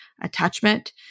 attachment